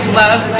love